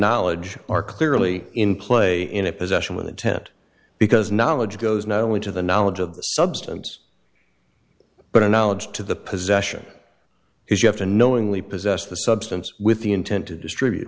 knowledge are clearly in play in a possession with intent because knowledge goes not only to the knowledge of the substance but a knowledge to the possession is you have to knowingly possess the substance with the intent to distribute